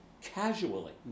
casually